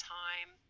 time